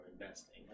investing